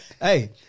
Hey